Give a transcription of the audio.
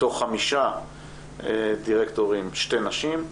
מתוך חמישה דירקטורים, שתי נשים.